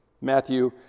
Matthew